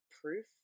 proof